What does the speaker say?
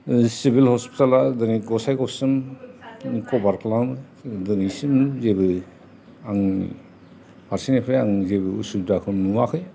civil हस्पिटेला दिनै गसाइगाव सिम कभार खालामो दोनैसिम जेबो आं फारसेनिफ्राय आं जेबो उसुबिदाखौ नुवाखै